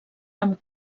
amb